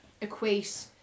equate